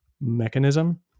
mechanism